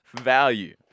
value